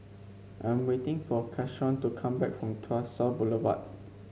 I'm waiting for Keshaun to come back from Tuas South Boulevard